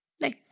Nice